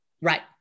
Right